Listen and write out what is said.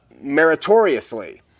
meritoriously